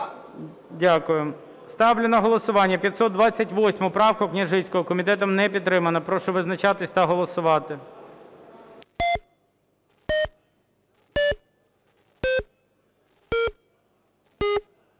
Дякую. Ставлю на голосування 528 правку Княжицького. Комітетом не підтримана. Прошу визначатись та голосувати.